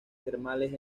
termales